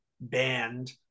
banned